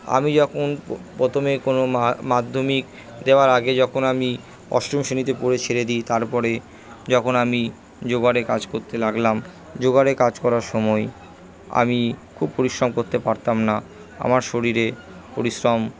আমি যখন প্রথমে কোনো মাধ্যমিক দেওয়ার আগে যখন আমি অষ্টম শ্রেণিতে পড়ে ছেড়ে দিই তারপরে যখন আমি যোগাড়ে কাজ করতে লাগলাম যোগাড়ে কাজ করার সময় আমি খুব পরিশ্রম করতে পারতাম না আমার শরীরে পরিশ্রম